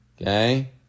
Okay